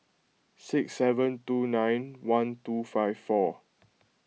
six seven two nine one two five four